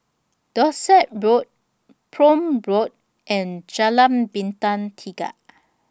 Dorset Road Prome Road and Jalan Bintang Tiga